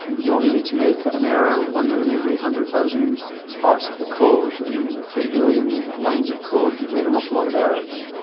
you only need to make an error, one error in every hundred thousand parts of the code and in three billion lines of code you've made an awful lot of errors.